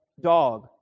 dog